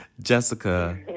Jessica